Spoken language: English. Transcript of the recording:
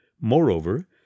Moreover